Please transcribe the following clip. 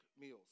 meals